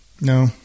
No